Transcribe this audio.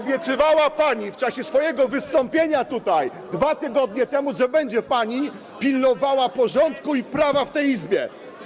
Obiecywała pani w czasie swojego wystąpienia tutaj 2 tygodnie temu, że będzie pani pilnowała porządku i prawa w tej Izbie.